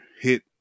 hit